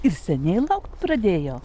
ir seniai laukt pradėjo